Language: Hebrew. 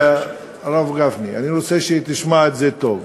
הרב גפני, אני רוצה שתשמע את זה טוב: